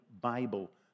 Bible